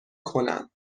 کنم